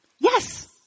Yes